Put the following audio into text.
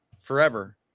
Forever